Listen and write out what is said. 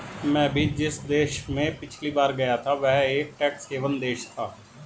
मैं भी जिस देश में पिछली बार गया था वह एक टैक्स हेवन देश था